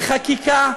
בחקיקה,